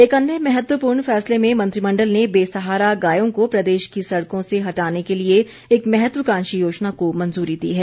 एक अन्य महत्वपूर्ण फैसले में मंत्रिमंडल ने बेसहारा गायों को प्रदेश की सड़कों से हटाने के लिए एक महत्वकांक्षी योजना को मंजूरी दी है